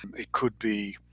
it could be,